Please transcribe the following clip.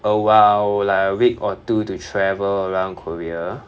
awhile like a week or two to travel around korea